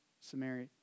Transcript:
Samaria